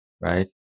right